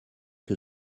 que